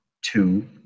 two